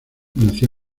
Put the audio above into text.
nació